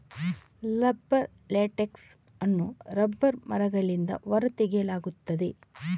rubber latex ಅನ್ನು rubber ಮರಗಳಿಂದ ಹೊರ ತೆಗೆಯಲಾಗುತ್ತದೆ